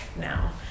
now